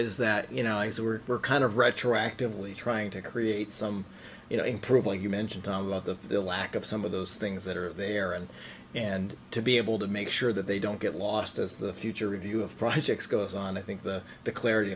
is that you know is that we're kind of retroactively trying to create some you know improve like you mentioned about the lack of some of those things that are there and and to be able to make sure that they don't get lost as the future review of projects goes on i think that the clarity